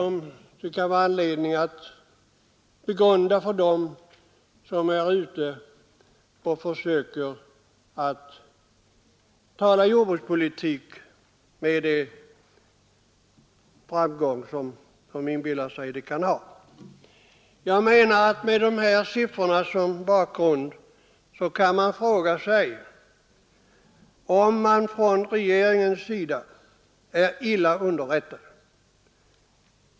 Med dessa siffror som bakgrund kan man fråga sig om regeringspartiet är illa underrättat.